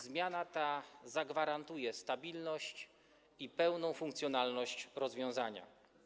Zmiana ta zagwarantuje stabilność i pełną funkcjonalność rozwiązania.